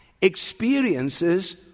experiences